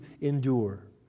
endure